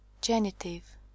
Genitive